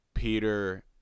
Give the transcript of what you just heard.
Peter